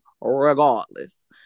regardless